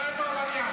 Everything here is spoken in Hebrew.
עדיין הוא עבריין.